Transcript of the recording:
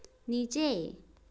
नीचे